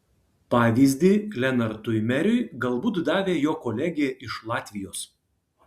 pavyzdį lenartui meriui galbūt davė jo kolegė iš latvijos